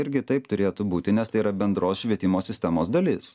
irgi taip turėtų būti nes tai yra bendros švietimo sistemos dalis